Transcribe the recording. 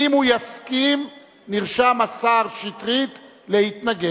ואם הוא יסכים, נרשם השר שטרית להתנגד.